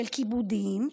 של כיבודים,